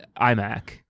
iMac